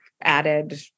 added